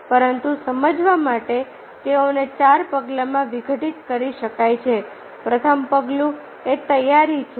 પરંતુ સમજવા માટે તેઓને 4 પગલામાં વિઘટિત કરી શકાય છે પ્રથમ પગલું એ તૈયારી છે